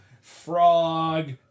frog